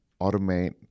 automate